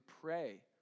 pray